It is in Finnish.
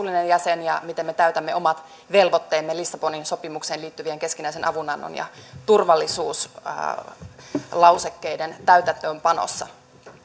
vastuullinen jäsen ja miten me täytämme omat velvoitteemme lissabonin sopimukseen liittyvien keskinäisen avunannon ja turvallisuuslausekkeiden täytäntöönpanossa